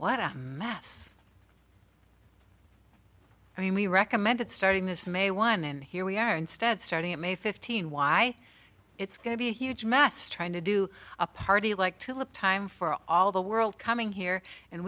what a mass i mean we recommended starting this may one and here we are instead starting it may fifteen why it's going to be a huge mass trying to do a party like to have time for all the world coming here and